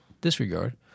Disregard